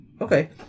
Okay